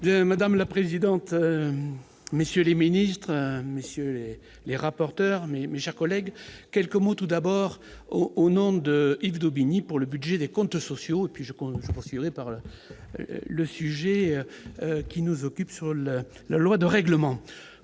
Madame la présidente, messieurs les Ministres, Monsieur et les rapporteurs, mais, mais, cher collègue, quelques mots tout d'abord au au nom de Yves Daubigny pour le budget des comptes sociaux, puis je compte poursuivre et par le sujet qui nous occupe ce rôle, la loi de règlement